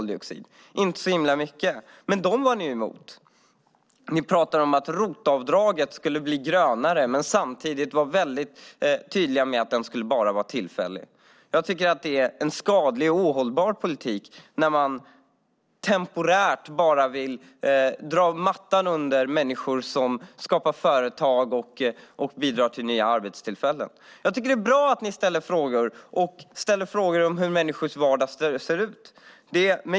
Inte så himla mycket, men dem var ni emot. Ni pratar om att ROT-avdraget skulle bli grönare, men samtidigt var ni väldigt tydliga med att det bara skulle vara tillfälligt. Jag tycker att det är en skadlig och ohållbar politik att temporärt vilja dra bort mattan för människor som skapar företag och bidrar till nya arbetstillfällen. Jag ser med glädje på att ni ställer frågor om hur människors vardag ser ut.